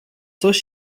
coś